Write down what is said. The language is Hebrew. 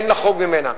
אין לחרוג ממנה.